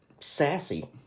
sassy